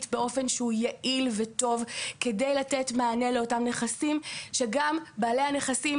באופן שהוא יעיל וטוב כדי לתת מענה לאותם נכסים שגם בעלי הנכסים